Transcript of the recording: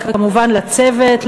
וכמובן לצוות,